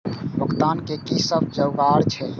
भुगतान के कि सब जुगार छे?